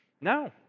No